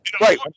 Right